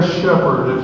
shepherd